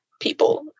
people